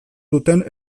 duten